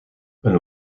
een